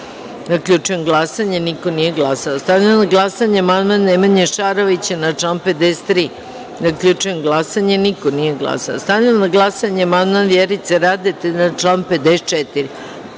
43.Zaključujem glasanje: niko nije glasao. Stavljam na glasanje amandman Ružice Nikolić na član 44.Zaključujem glasanje: niko nije glasao. Stavljam na glasanje amandman Vjerice Radete na član